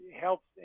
helps